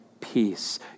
peace